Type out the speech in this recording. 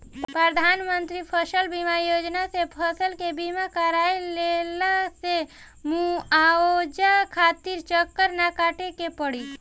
प्रधानमंत्री फसल बीमा योजना से फसल के बीमा कराए लेहला से मुआवजा खातिर चक्कर ना काटे के पड़ी